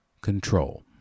control